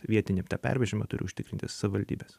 vietinį tą pervežimą turi užtikrinti savivaldybės